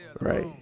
Right